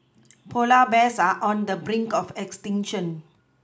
polar bears are on the brink of extinction